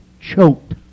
choked